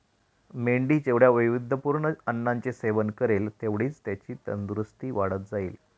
मेंढी जेवढ्या वैविध्यपूर्ण अन्नाचे सेवन करेल, तेवढीच त्याची तंदुरस्ती वाढत जाईल